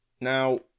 Now